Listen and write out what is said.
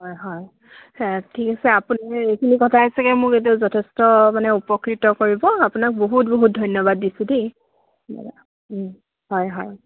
হয় হয় ঠিক আছে আপুনি এইখিনি কথাই চাগৈ মোক যথেষ্ট মানে উপকৃত কৰিব আপোনাক বহুত বহুত ধন্যবাদ দিছোঁ দেই দাদা হয় হয়